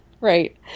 Right